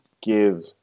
give